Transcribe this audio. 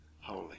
holy